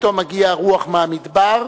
פתאום מגיעה רוח מהמדבר,